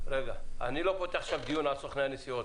אני לא פותח עכשיו דיון על סוכני הנסיעות,